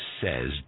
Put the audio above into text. says